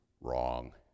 wrong